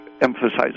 emphasizing